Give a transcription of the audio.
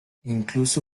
incluso